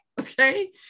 Okay